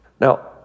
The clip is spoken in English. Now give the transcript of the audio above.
Now